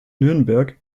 nürnberg